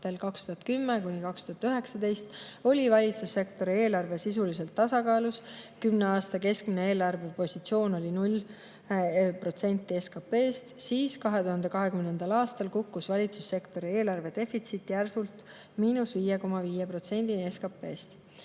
2010–2019 oli valitsussektori eelarve sisuliselt tasakaalus, kümne aasta keskmine eelarvepositsioon oli 0% SKP‑st, siis 2020. aastal kukkus valitsussektori eelarve defitsiit järsult –5,5%‑ni